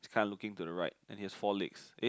he's kind of looking to the right and he has four legs eh